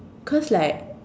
cause like